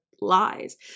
lies